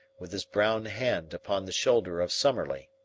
with his brown hand upon the shoulder of summerlee.